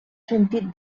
sentit